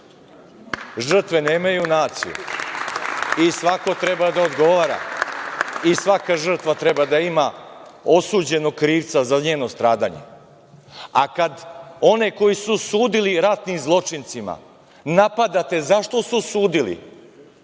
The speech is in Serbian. Žrtve nemaju naciju i svako treba da odgovara i svaka žrtva treba da ima osuđenog krivca za njeno stradanje, a kada one koji su sudili ratnim zločincima napadate zašto su sudili,